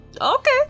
okay